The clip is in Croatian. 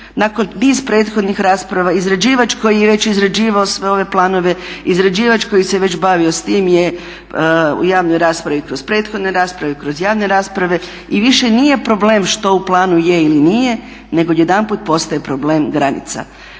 nakon niz prethodnih rasprava izrađivač koji je već izrađivao sve ove planove, izrađivač koji se već bavio s tim je u javnoj raspravi kroz prethodne rasprave i kroz javne rasprave i više nije problem što u planu je ili nije nego jedanput postaje problem granica.